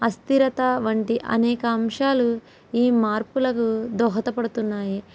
అస్థీరత వంటి అనేక అంశాలు ఈ మార్పులకు దోహదపడుతున్నాయి